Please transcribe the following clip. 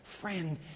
friend